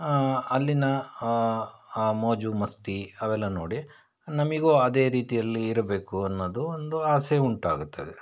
ಅಲ್ಲಿನ ಆ ಮೋಜು ಮಸ್ತಿ ಅವೆಲ್ಲ ನೋಡಿ ನಮಗೂ ಅದೇ ರೀತಿಯಲ್ಲಿ ಇರಬೇಕು ಅನ್ನೋದು ಒಂದು ಆಸೆ ಉಂಟಾಗುತ್ತದೆ